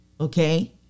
okay